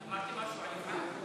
אמרתי משהו על יפעת?